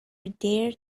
dare